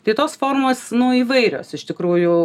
tai tos formos nu įvairios iš tikrųjų